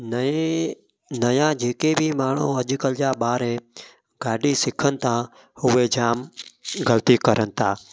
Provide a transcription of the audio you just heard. नएं नवां जे के बि माण्हू अॼुकल्ह जा ॿार गाॾी सिखनि था उहे जाम ग़लती करनि था